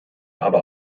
aber